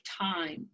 time